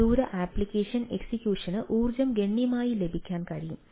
വിദൂര ആപ്ലിക്കേഷൻ എക്സിക്യൂഷന് ഊർജ്ജം ഗണ്യമായി ലാഭിക്കാൻ കഴിയും